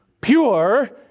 pure